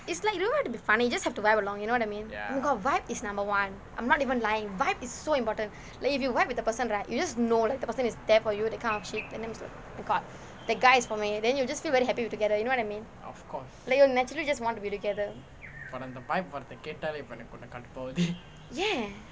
it's like you don't have to be funny just have to vibe along you know what I mean oh my god vibe is number one I'm not even lying vibe is so important like if you vibe with the person right you just know that the person is there for you that kind of shit and then oh my god the guy is for me then you will just feel very happy together you know what I mean like you will naturally just want to be together